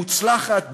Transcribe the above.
מוצלחת,